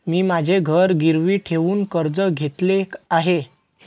मी माझे घर गिरवी ठेवून कर्ज घेतले आहे